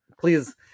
please